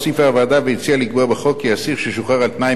הוסיפה הוועדה והציעה לקבוע בחוק כי אסיר ששוחרר על-תנאי,